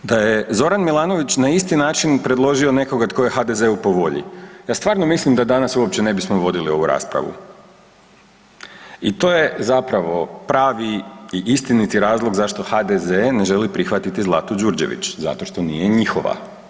Da je Zoran Milanović na isti način predložio nekoga tko je HDZ-u po volji, ja stvarno mislim da danas uopće ne bismo vodili ovu raspravu i to je zapravo pravi i istiniti razlog zašto HDZ ne želi prihvatiti Zlatu Đurđević, zato što nije njihova.